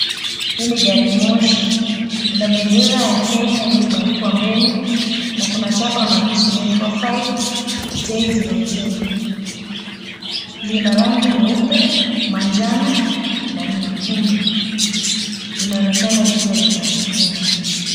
Hii ni garimoshi ina bendera ya Kenya iliyobandikwa mbele na kuna chapa ya maandishi imeandikwa 5J0J lina rangi nyeupe na njano na nyekundu linaonekana likiwa linatembea.